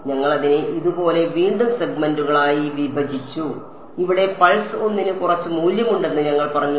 ഞങ്ങൾ അതിനെ ഇതുപോലെ വീണ്ടും സെഗ്മെന്റുകളായി വിഭജിച്ചു ഇവിടെ പൾസ് 1 ന് കുറച്ച് മൂല്യമുണ്ടെന്ന് ഞങ്ങൾ പറഞ്ഞു